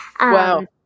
Wow